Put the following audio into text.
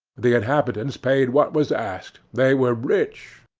the inhabitants paid what was asked they were rich.